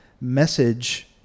message